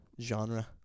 Genre